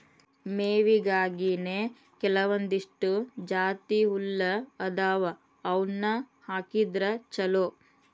ಮೇವಿಗಾಗಿನೇ ಕೆಲವಂದಿಷ್ಟು ಜಾತಿಹುಲ್ಲ ಅದಾವ ಅವ್ನಾ ಹಾಕಿದ್ರ ಚಲೋ